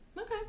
Okay